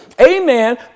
amen